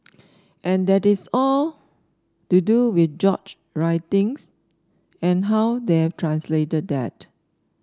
and that is all to do with George writings and how they have translated that